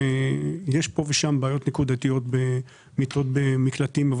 יש פה ושם בעיות נקודתיות של מחסור במיטות במקלטים אבל